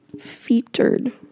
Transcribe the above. Featured